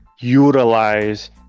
utilize